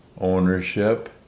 ownership